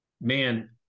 man